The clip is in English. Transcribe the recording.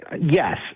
yes